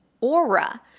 Aura